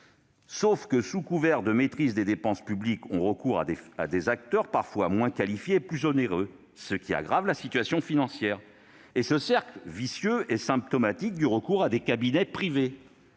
sauf que, sous couvert de maîtrise des dépenses publiques, on recourt à des acteurs parfois moins qualifiés et plus onéreux, ce qui aggrave la situation financière. Le recours à des cabinets privés